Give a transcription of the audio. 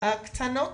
קטנות